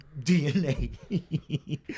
DNA